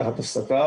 בשקף